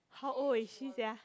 how old is she sia